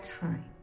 time